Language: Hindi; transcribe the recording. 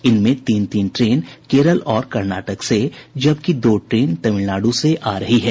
इनमें तीन तीन ट्रेन केरल और कर्नाटक से जबकि दो ट्रेन तमिलनाडु से आ रही हैं